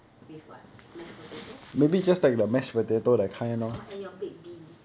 with what mash potato orh and your baked beans